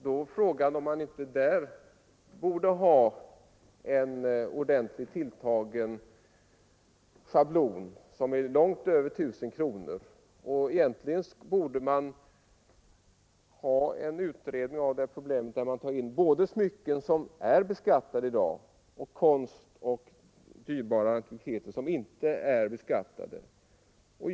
Då är frågan om man inte borde ha en ordentligt tilltagen schablon som är långt över 1 000 kronor. Egentligen borde det ske en utredning där man tar med både smycken, som är beskattade i dag, och konst och andra dyrbarheter som inte är beskattade.